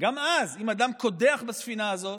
גם אז, אם אדם קודח בספינה הזאת